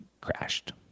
crashed